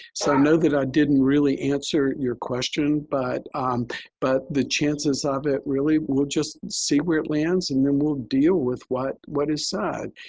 so i know that i didn't really answer your question, but but the chances of it really, we'll just see where it lands and then we'll deal with what what is said.